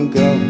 go